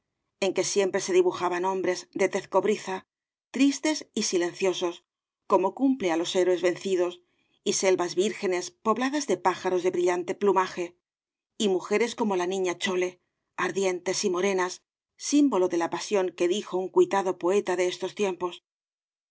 en que siempre se dibujaban hombres de tez cobriza tristes y silenciosos como cumple á los héroes vencidos y selvas vírgenes pobladas de pájaros de brillante plumaje y mujeres como la niña chole ardientes y morenas símbolo de la pasión que dijo un cuitado poeta de estos tiempos